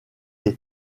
est